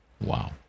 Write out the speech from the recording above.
Wow